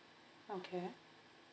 okay